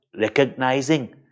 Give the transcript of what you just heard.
recognizing